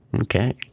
okay